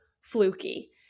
fluky